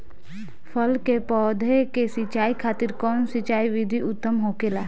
फल के पौधो के सिंचाई खातिर कउन सिंचाई विधि उत्तम होखेला?